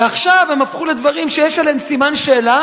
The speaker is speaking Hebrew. ועכשיו הן הפכו לדברים שיש עליהם סימן שאלה